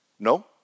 No